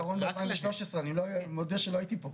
שלא הייתי פה.